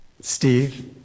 Steve